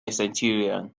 centurion